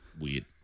weird